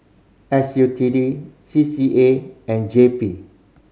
S U T D C C A and J P